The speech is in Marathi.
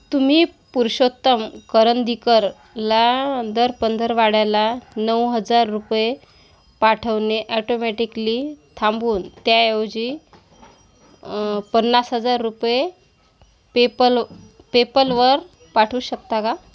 तुम्ही पुरुषोत्तम करंदीकरला दर पंधरवड्याला नऊ हजार रुपये पाठवणे ॲटोमॅटिकली थांबवून त्या ऐवजी पन्नास हजार रुपये पेपल पेपलवर पाठवू शकता का